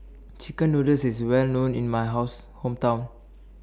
Chicken Noodles IS Well known in My House Hometown